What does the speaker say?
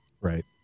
right